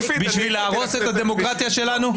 בשביל להרוס את הדמוקרטיה שלנו?